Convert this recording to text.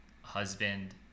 husband